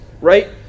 right